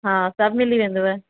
हा सभु मिली वेंदव